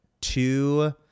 two